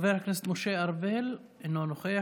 חבר הכנסת משה ארבל, אינו נוכח.